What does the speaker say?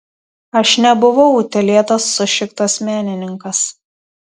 aš nebuvau utėlėtas sušiktas menininkas